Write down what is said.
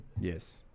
Yes